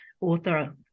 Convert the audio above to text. author